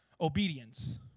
obedience